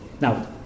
Now